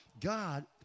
God